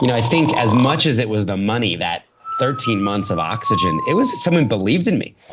you know i think, as much as it was the money, that thirteen months of oxygen, it was that someone believed in me.